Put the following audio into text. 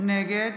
נגד